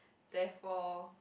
therefore